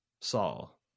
Saul